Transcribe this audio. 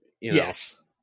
Yes